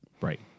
Right